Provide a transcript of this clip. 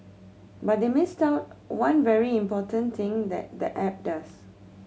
but they missed out one very important thing that the app does